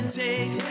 take